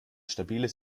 stabiles